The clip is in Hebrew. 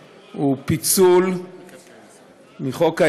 הכספים בדבר פיצול חלק שפוצל מהצעת חוק